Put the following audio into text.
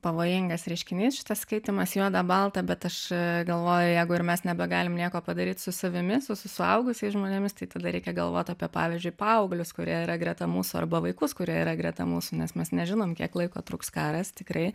pavojingas reiškinys šitas skaitymas juoda balta bet aš galvoju jeigu ir mes nebegalime nieko padaryti su savimi su suaugusiais žmonėmis tai tada reikia galvoti apie pavyzdžiui paauglius kurie yra greta mūsų arba vaikus kurie yra greta mūsų nes mes nežinome kiek laiko truks karas tikrai